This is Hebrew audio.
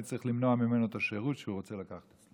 ואני צריך למנוע ממנו את השירות שהוא רוצה לקחת.